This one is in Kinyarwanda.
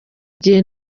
gihe